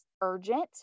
urgent